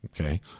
Okay